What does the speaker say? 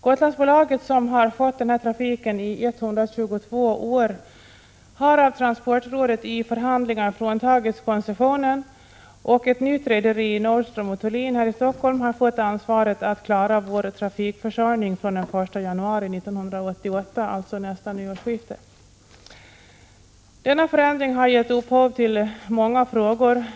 Gotlandsbolaget, som har skött trafiken i 122 år, har av transportrådet i förhandlingar fråntagits koncessionen, och ett nytt rederi, Nordström & Thulin AB här i Stockholm, har fått ansvaret att klara vår trafikförsörjning från den 1 januari 1988, dvs. från nästa årsskifte. Denna förändring har givit upphov till många frågor.